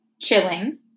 chilling